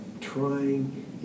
trying